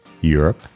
Europe